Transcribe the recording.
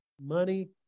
money